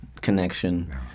connection